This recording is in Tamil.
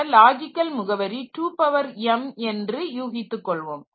இந்த லாஜிக்கல் முகவரி 2m என்று யூகித்து கொள்வோம்